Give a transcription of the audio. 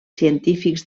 científics